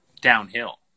downhill